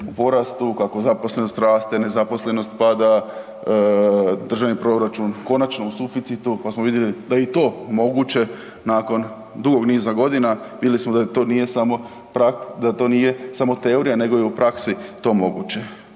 u porastu, kako zaposlenost rate, nezaposlenost pada, državni proračun konačno u suficitu, onda smo vidjeli da je i to moguće nakon dugog niza godina. Vidjeli smo da to nije samo teorija nego i u praksi to moguće.